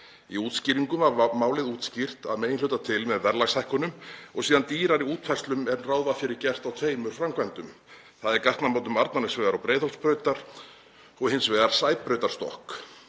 Málið var útskýrt að meginhluta til með verðlagshækkunum og síðan dýrari útfærslum en ráð var fyrir gert á tveimur framkvæmdum, þ.e. gatnamótum Arnarnesvegar og Breiðholtsbrautar og hins vegar Sæbrautarstokki.